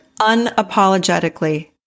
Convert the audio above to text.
unapologetically